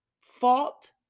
fault